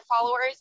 followers